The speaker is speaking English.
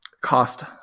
cost